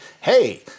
hey